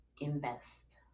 invest